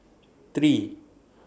three